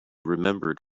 remembered